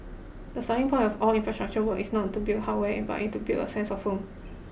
the starting point of all these infrastructure work is not to build hardware but to build a sense of home